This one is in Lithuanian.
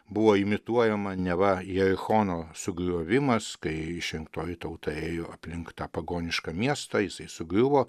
buvo imituojama neva jerichono sugriovimas kai išrinktoji tauta ėjo aplink tą pagonišką miestą jisai sugriuvo